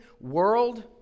world